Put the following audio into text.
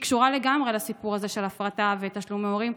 שהיא קשורה לגמרי לסיפור הזה של הפרטה ותשלומי הורים,